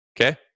okay